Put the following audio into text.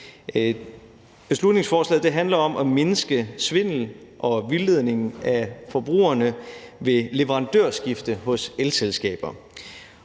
folketingsbeslutning om at mindske svindel og vildledning af forbrugere ved leverandørskifte hos elselskaber.